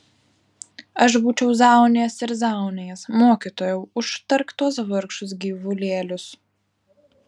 aš būčiau zaunijęs ir zaunijęs mokytojau užtark tuos vargšus gyvulėlius